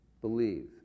believe